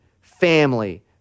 family